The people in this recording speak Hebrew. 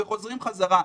וחוזרים חזרה.